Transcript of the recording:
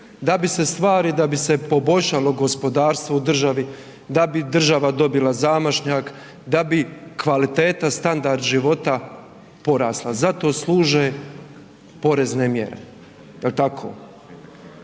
da bi se stvari, da bi se poboljšalo gospodarstvo u državi, da bi država dobila zamašnjak, da bi kvaliteta, standard života porasla. Zato služe porezne mjere, jel tako?